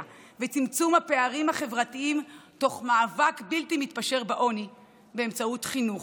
וצמצום הפערים החברתיים תוך מאבק בלתי מתפשר בעוני באמצעות חינוך,